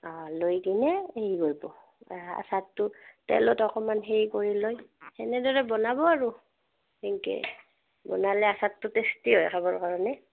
লৈ কিনে হেৰি কৰ্ব আচাৰটো তেলত অকণমান হেৰি কৰি লৈ সেনেদৰে বনাব আৰু হেংকে বনালে আচাৰটো টেষ্টি হয় আচাৰটো খাবৰ কাৰণে